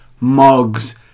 mugs